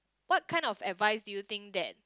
what kind of advice do you think that